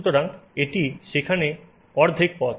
সুতরাং এটি সেখানে অর্ধেক পথ